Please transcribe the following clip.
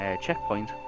checkpoint